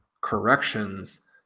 corrections